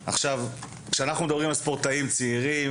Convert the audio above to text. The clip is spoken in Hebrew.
כשאנחנו מדברים על ספורטאים צעירים,